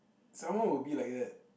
someone will be like that